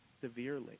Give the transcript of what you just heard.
severely